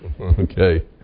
Okay